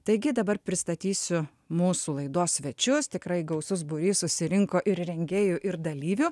taigi dabar pristatysiu mūsų laidos svečius tikrai gausus būrys susirinko ir rengėjų ir dalyvių